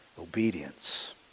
Obedience